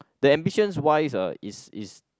the ambitions wise uh is is